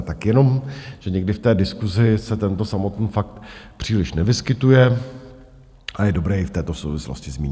Tak jenom, že někdy v té diskusi se tento samotný fakt příliš nevyskytuje a je dobré i v této souvislosti zmínit.